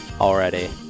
already